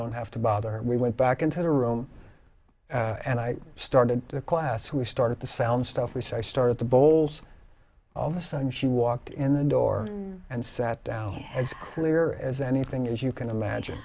don't have to bother her we went back into the room and i started the class we started to sound stuff we so i started to bowls all of a sudden she walked in the door and sat down has clear as anything as you can imagine